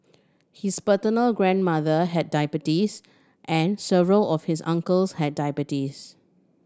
his paternal grandmother had diabetes and several of his uncles had diabetes